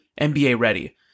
NBA-ready